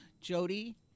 Jody